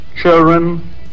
children